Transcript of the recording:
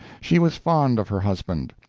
she was fond of her husband,